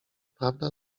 prawda